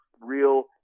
real